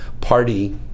party